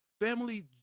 family